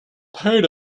paid